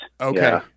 Okay